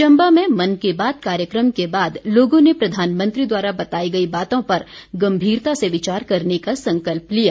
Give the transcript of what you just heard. चम्बा में मन की बात कार्यक्रम के बाद लोगों ने प्रधानमंत्री द्वारा बताई गई बातों पर गम्भीरता से विचार करने का संकल्प लिया